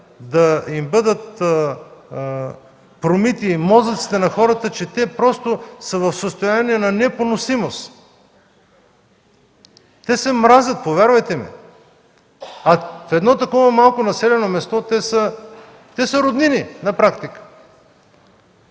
да им бъдат промити мозъците на хората, че те просто са в състояние на непоносимост? Те се мразят, повярвайте ми! А в едно такова малко населено място те са роднини на практика!